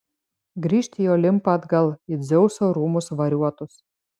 grįžt į olimpą atgal į dzeuso rūmus variuotus